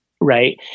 Right